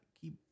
keep